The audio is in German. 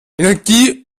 energie